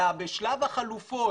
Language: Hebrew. אלא בשלב החלופות.